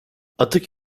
atık